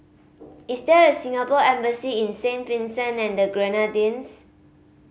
is there a Singapore Embassy in Saint Vincent and the Grenadines